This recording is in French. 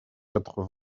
quatre